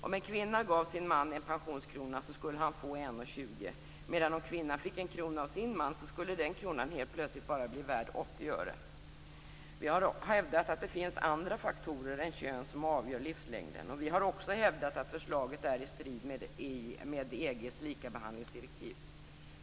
Om en kvinna gav sin man en pensionskrona skulle han får 1:20, men om kvinnan fick en krona av sin man skulle den kronan helt plötsligt bara bli värd 80 öre. Vi har hävdat att det finns andra faktorer än kön som avgör livslängden. Vi har också hävdat att förslaget är i strid med EG:s likabehandlingsdirektiv.